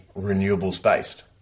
renewables-based